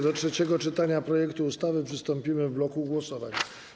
Do trzeciego czytania projektu ustawy przystąpimy w bloku głosowań.